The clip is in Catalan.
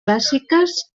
bàsiques